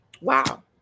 Wow